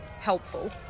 helpful